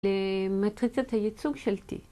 למטריצת הייצוג של T.